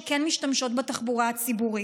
שכן משתמשות בתחבורה הציבורית.